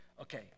Okay